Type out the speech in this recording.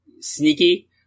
sneaky